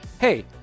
hey